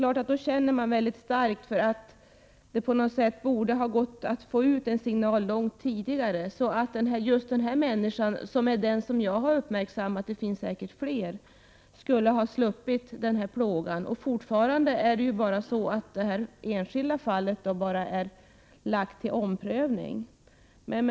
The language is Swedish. Jag anser därför att det på något sätt borde ha gått ut en signal långt tidigare, så att just den människa som jag har uppmärksammat — det finns säkert fler — skulle ha sluppit denna plåga. Beslutet i detta enskilda fall skall nu omprövas.